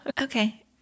Okay